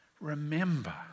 Remember